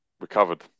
recovered